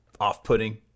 off-putting